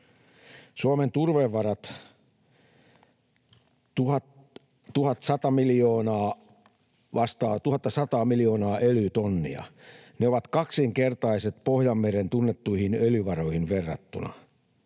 miljoonaa, vastaavat 1 100:aa miljoonaa öljytonnia. Ne ovat kaksinkertaiset Pohjanmeren tunnettuihin öljyvaroihin verrattuna.